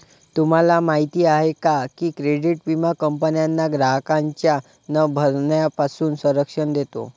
तुम्हाला माहिती आहे का की क्रेडिट विमा कंपन्यांना ग्राहकांच्या न भरण्यापासून संरक्षण देतो